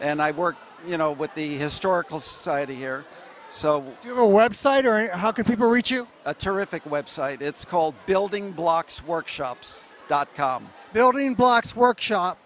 and i work you know with the historical society here so do a web site or how can people reach you a terrific website it's called building blocks workshops dot com building blocks workshop